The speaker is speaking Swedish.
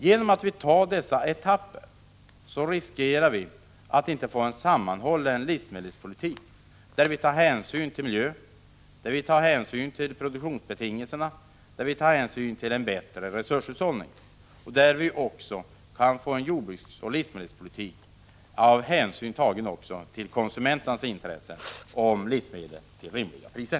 Genom att vi inte tar med dessa etapper riskerar vi att inte få en sammanhållen livsmedelspolitik där man tar hänsyn till miljö, produktionsbetingelser och en bättre resurshushållning och att inte få en jordbruksoch livsmedelspolitik med hänsyn tagen också till konsumenternas intresse av livsmedel till rimliga priser.